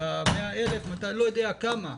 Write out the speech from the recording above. אני לא יודע כמה,